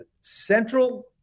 Central